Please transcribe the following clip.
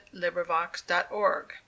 LibriVox.org